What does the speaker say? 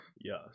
Yes